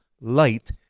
light